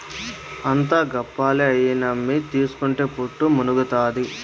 అంతా గప్పాలే, అయ్యి నమ్మి తీస్కుంటే పుట్టి మునుగుతాది